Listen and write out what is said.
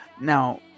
Now